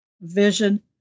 vision